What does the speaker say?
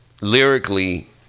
lyrically